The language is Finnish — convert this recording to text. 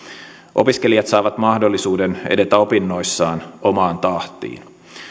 opiskelijat saavat mahdollisuuden edetä opinnoissaan omaan tahtiin